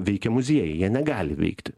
veikia muziejai jie negali veikti